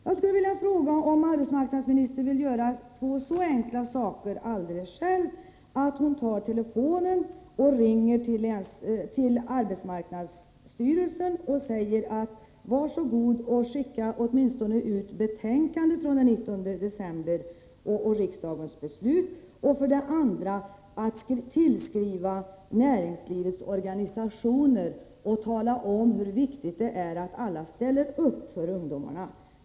Jag skulle vilja fråga om arbetsmarknadsministern vill göra två enkla saker. För det första vill jag att hon skall ringa till arbetsmarknadsstyrelsen och säga: Var så god och skicka ut betänkandet som låg till grund för beslutet och riksdagens beslut från den 19 december. För det andra vill jag att arbetsmarknadsministern skall tillskriva näringslivets organisationer och tala om hur viktigt det är att alla ställer upp för ungdomarna.